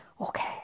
Okay